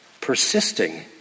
persisting